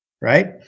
Right